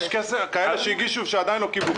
יש כאלה שהגישו עדיין לא קיבלו,